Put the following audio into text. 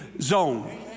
zone